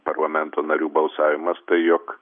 parlamento narių balsavimas tai jog